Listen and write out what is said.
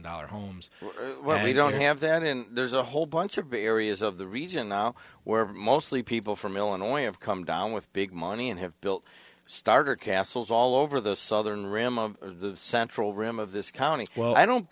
dollar homes where we don't have that and there's a whole bunch of areas of the region now where mostly people from illinois of come down with big money and have built starter castles all over the southern rim of the central rim of this county well i don't